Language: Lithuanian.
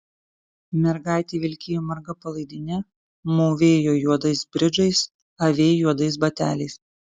mergaitė vilkėjo marga palaidine mūvėjo juodais bridžais avėjo juodais bateliais